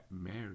Mary